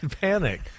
panic